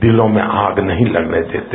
दिलों में आग नही लगने देते